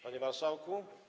Panie Marszałku!